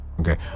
okay